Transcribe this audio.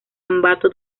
ambato